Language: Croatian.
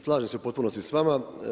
Slažem se u potpunosti s vama.